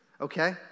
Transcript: Okay